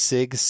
Sig